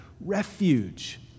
refuge